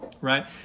right